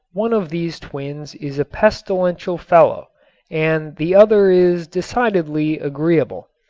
one of these twins is a pestilential fellow and the other is decidedly agreeable.